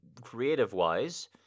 Creative-wise